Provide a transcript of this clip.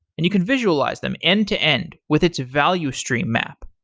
and you can visualize them end to end with its value stream map.